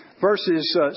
Verses